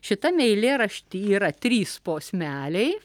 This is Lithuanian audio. šitam eilėrašty yra trys posmeliai